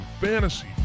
Fantasy